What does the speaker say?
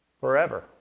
forever